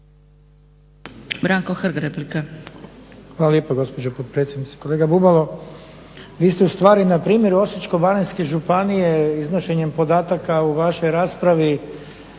Hvala lijepo gospođo potpredsjednice. Kolega Bubalo, vi ste ustvari na primjeru Osječko-baranjske županije iznošenjem podataka u vašoj raspravi